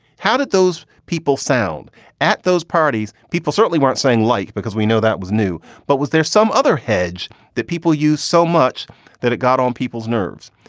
how did those people sound at those parties? people certainly weren't saying like because we know that was new. but was there some other hej that people use so much that it got on people's nerves?